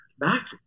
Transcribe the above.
Back